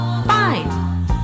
Fine